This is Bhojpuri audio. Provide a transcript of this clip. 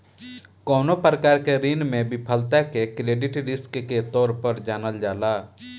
कवनो प्रकार के ऋण में विफलता के क्रेडिट रिस्क के तौर पर जानल जाला